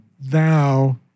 thou